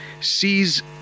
sees